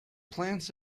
plants